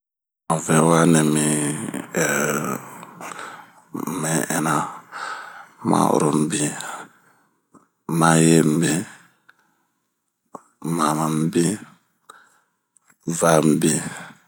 hanŋɛwa nɛmi ehh mɛ'ɛnna, ma'oro mibin ,maye mibin, mama mibin, ŋaa minbin